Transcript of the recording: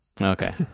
Okay